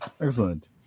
Excellent